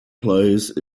place